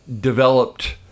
developed